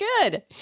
good